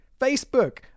Facebook